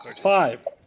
Five